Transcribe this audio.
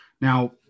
Now